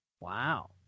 Wow